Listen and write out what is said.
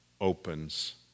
opens